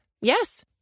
Yes